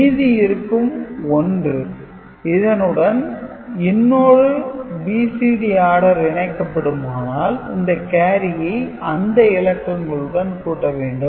மீதி இருக்கும் 1 இதனுடன் இன்னொரு BCD ஆடர் இணைக்கப்படுமானால் இந்த கேரியை அந்த இலக்கங்களுடன் கூட்ட வேண்டும்